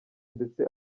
ndetse